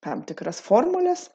tam tikras formules